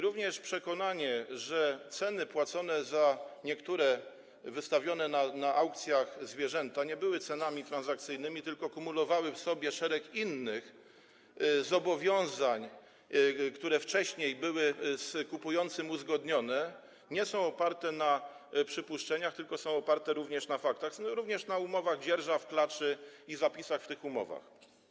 Również przekonanie, że ceny płacone za niektóre wystawione na aukcjach zwierzęta, nie były cenami transakcyjnymi, tylko kumulowały w sobie szereg innych zobowiązań, które wcześniej były z kupującym uzgodnione, nie są oparte na przypuszczeniach, tylko są oparte również na faktach, jak również na umowach dzierżaw klaczy i zapisach w tych umowach.